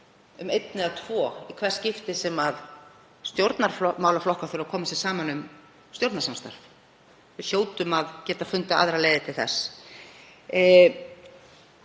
um einn eða tvo í hvert skipti sem stjórnmálaflokkar þurfa að koma sér saman um stjórnarsamstarf. Við hljótum að geta fundið aðrar leiðir til þess.